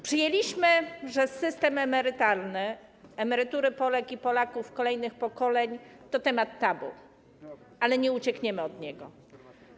Przyjęliśmy, że system emerytalny, emerytury Polek i Polaków kolejnych pokoleń to temat tabu, ale nie uciekniemy od niego.